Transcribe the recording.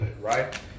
Right